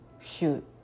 Shoot